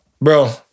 Bro